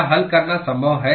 क्या हल करना संभव है